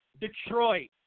Detroit